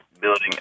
building